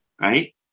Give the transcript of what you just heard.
right